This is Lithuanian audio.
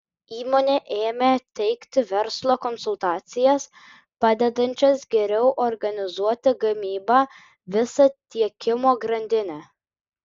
įmonė ėmė teikti verslo konsultacijas padedančias geriau organizuoti gamybą visą tiekimo grandinę